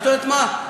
את יודעת מה,